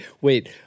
Wait